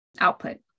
output